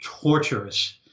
torturous